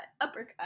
Uppercut